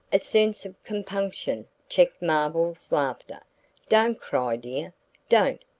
a sense of compunction checked marvell's laughter. don't cry, dear don't!